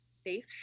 safe